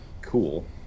cool